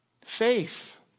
Faith